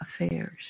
affairs